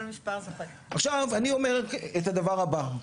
עכשיו אני אומר את הדבר הבא: